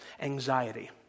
anxiety